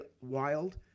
wild